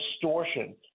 distortion